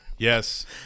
Yes